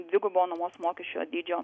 dvigubo nuomos mokesčio dydžio